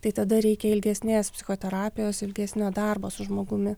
tai tada reikia ilgesnės psichoterapijos ilgesnio darbo su žmogumi